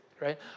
right